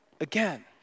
again